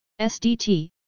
SDT